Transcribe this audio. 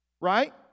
Right